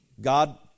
God